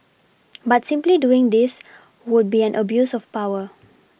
but simply doing this would be an abuse of power